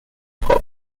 pop